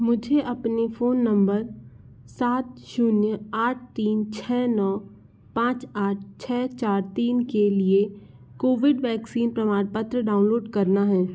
मुझे अपनी phone number सात शून्य आठ तीन छः नौ पाँच आठ छः चार तीन के लिए कोविड वैक्सीन प्रमाणपत्र डाउनलोड करना है